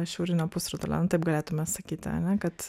šiaurinio pusrutulio nu taip galėtume sakyti ane kad